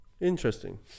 Interesting